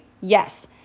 Yes